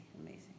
amazing